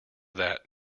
that